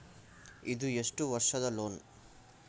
ಇದು ಎಷ್ಟು ವರ್ಷದ ಲೋನ್?